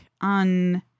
on